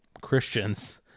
Christians